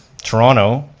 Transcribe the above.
toronto